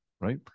Right